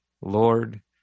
Lord